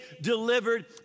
delivered